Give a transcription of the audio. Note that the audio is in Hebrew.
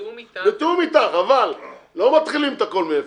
בתיאום אתך, אבל לא מתחילים הכול מאפס.